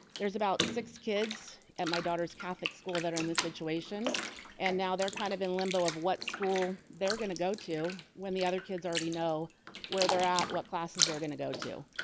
there's about six kids at my daughter's catholic school that are in this situation and now they're kind of in limbo of what school they're gonna go to when the other kids already know where they're at, what classes they're gonna go to.